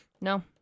No